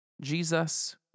Jesus